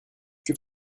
que